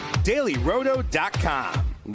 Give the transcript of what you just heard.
dailyroto.com